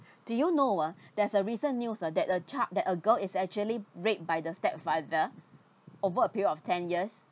do you know ah there's a recent news ah that a cha~ that a girl is actually rape by the stepfather over a period of ten years